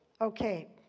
Okay